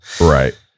Right